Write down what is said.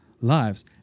lives